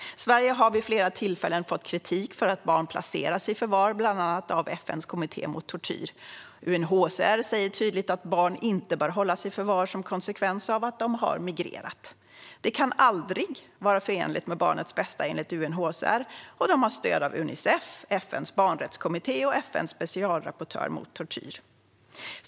Sverige har vid flera tillfällen fått kritik bland annat av FN:s kommitté mot tortyr för att barn placeras i förvar. UNHCR säger tydligt att barn inte bör hållas i förvar som konsekvens av att de har migrerat. Det kan enligt UNHCR aldrig vara förenligt med barnets bästa, och de har stöd av Unicef, FN:s barnrättskommitté och FN:s specialrapportör mot tortyr.